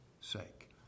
sake